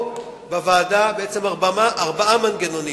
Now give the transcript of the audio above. בעצם ארבעה מנגנונים,